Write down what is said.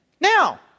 Now